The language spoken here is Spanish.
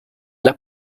las